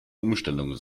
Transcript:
umstellung